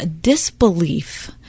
disbelief